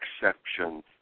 exceptions